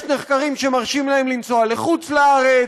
יש נחקרים שמרשים להם לנסוע לחוץ לארץ,